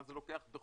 מה זה טומן בחובו,